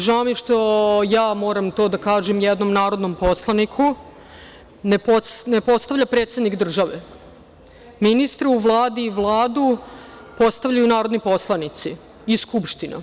Žao mi je što ja moram to da kažem jednom narodnom poslaniku – ne postavlja predsednik države ministre u Vladi i Vladu, već ih postavljaju narodni poslanici i Skupština.